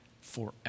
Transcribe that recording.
forever